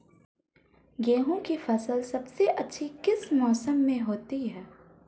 गेंहू की फसल सबसे अच्छी किस मौसम में होती है?